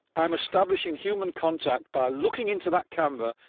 i'm establishing human contact, by looking into that camera,